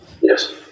Yes